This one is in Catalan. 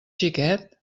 xiquet